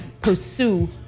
pursue